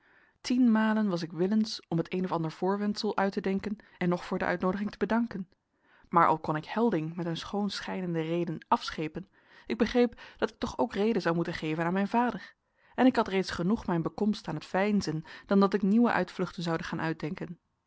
tienmalen was ik willens om het een of ander voorwendsel uit te denken en nog voor de uitnoodiging te bedanken maar al kon ik helding met een schoon schijnende reden afschepen ik begreep dat ik toch ook reden zou moeten geven aan mijn vader en ik had reeds genoeg mijn bekomst aan t veinzen dan dat ik nieuwe uitvluchten zoude gaan uitdenken